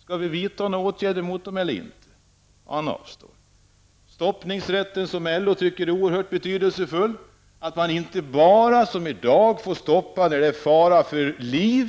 Skall vi vidta åtgärder mot dem eller inte? En utvidgad stoppningsrätt tycker LO är oerhört betydelsefull. Man vill att den utvidgas till att gälla även vid fara för sjukdom